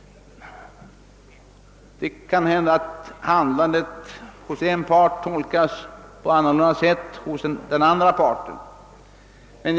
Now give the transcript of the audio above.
Det kan hända att handlandet hos en part tolkas på ett annat sätt hos den andra parten.